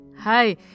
Hi